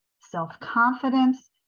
self-confidence